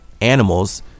animals